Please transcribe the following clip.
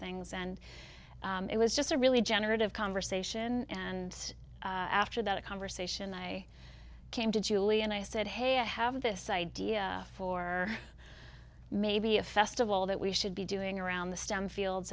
things and it was just a really generative conversation and after that a conversation i came to julie and i said hey i have this idea for maybe a festival that we should be doing around the stem fields